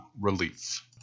relief